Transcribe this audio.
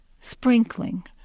Sprinkling